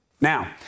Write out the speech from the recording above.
Now